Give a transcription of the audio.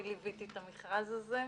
אני ליוויתי את המכרז הזה,